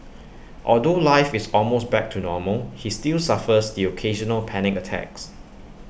although life is almost back to normal he still suffers the occasional panic attacks